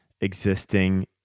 existing